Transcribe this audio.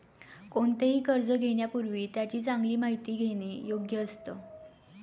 कोणतेही कर्ज घेण्यापूर्वी त्याची चांगली माहिती घेणे योग्य असतं